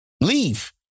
leave